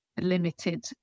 limited